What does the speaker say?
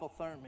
hypothermia